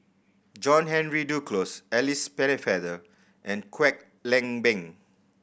John Henry Duclos Alice Pennefather and Kwek Leng Beng